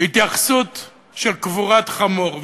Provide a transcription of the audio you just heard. התייחסות של קבורת חמור.